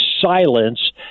silence